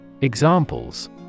Examples